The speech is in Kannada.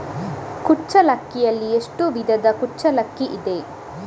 ಕುಚ್ಚಲಕ್ಕಿಯಲ್ಲಿ ಎಷ್ಟು ವಿಧದ ಕುಚ್ಚಲಕ್ಕಿ ಇದೆ?